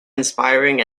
inspiring